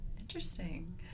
Interesting